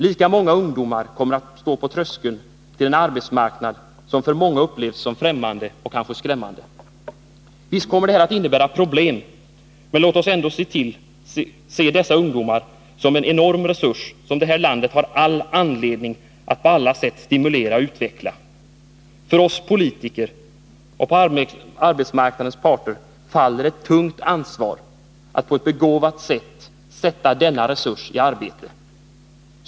Lika många ungdomar kommer att stå på tröskeln till en arbetsmarknad som av många upplevs som främmande och kanske skrämmande. Visst kommer detta att innebära problem, men låt oss ändå se dessa ungdomar som en enorm resurs, som det här landet har all anledning att på alla sätt få stimulera och utveckla. På oss politiker och på arbetsmarknadens parter faller ett tungt ansvar att på ett begåvat sätt sätta denna resurs i arbete.